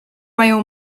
mają